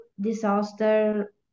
disaster